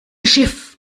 schiff